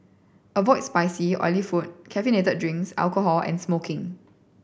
avoid spicy oily food caffeinated drinks alcohol and smoking